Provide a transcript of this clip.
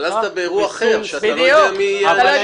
אבל אז אתה באירוע אחר שאתה לא יודע מי יהיו האנשים.